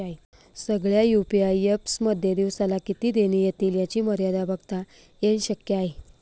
सगळ्या UPI apps मध्ये दिवसाला किती देणी एतील याची मर्यादा बघता येन शक्य आहे